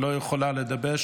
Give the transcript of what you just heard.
לא יכולה לדבר,